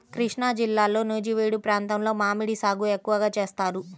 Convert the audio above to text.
కృష్ణాజిల్లాలో నూజివీడు ప్రాంతంలో మామిడి సాగు ఎక్కువగా చేస్తారు